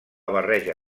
barreja